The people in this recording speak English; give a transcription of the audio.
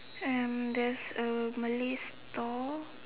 um there's a Malay store